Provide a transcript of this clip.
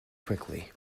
quickly